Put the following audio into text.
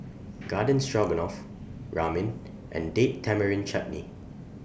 Garden Stroganoff Ramen and Date Tamarind Chutney